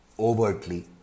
overtly